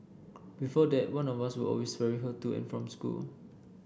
before that one of us would always ferry her to and from school